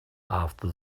after